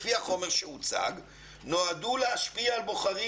לפי החומר שהוצג נועדו להשפיע על בוחרים